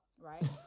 Right